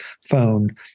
phone